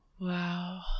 Wow